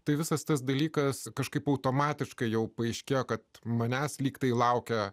tai visas tas dalykas kažkaip automatiškai jau paaiškėjo kad manęs lyg tai laukia